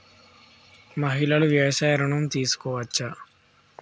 మహిళలు వ్యవసాయ ఋణం తీసుకోవచ్చా?